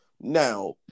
Now